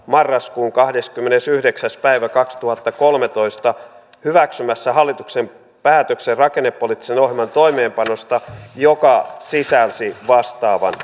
marraskuun kahdeskymmenesyhdeksäs päivä kaksituhattakolmetoista hyväksymässä hallituksen päätöksen rakennepoliittisen ohjelman toimeenpanosta joka sisälsi vastaavan